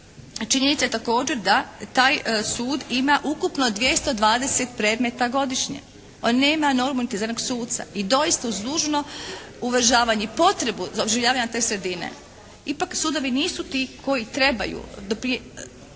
činjenica je također da taj sud ima ukupno 220 predmeta godišnje. On nema normu niti za jednog suca. I doista uz dužno uvažavanje potrebu za oživljavanje te sredine. Ipak sudovi nisu ti koji trebaju oživjeti